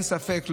אין ספק,